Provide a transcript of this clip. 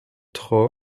troy